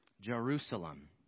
Jerusalem